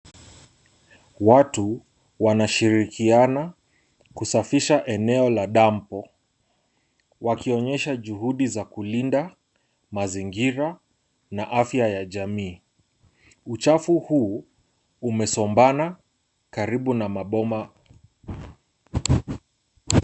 Watu wanashirikiana kusafisha eneo la dampu wakionyesha juhudi za kulinda mazingira na afya ya jamii. Uchafu huu umesombana karibu na maboma.